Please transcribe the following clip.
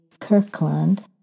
Kirkland